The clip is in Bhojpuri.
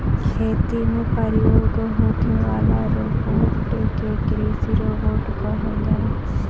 खेती में प्रयोग होखे वाला रोबोट के कृषि रोबोट कहल जाला